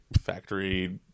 factory